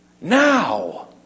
now